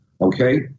Okay